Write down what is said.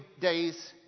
days